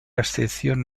excepción